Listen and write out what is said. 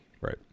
right